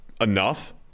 enough